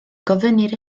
gofynnir